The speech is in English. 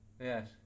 Yes